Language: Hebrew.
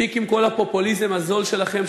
מספיק עם כל הפופוליזם הזול שלכם,